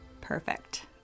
perfect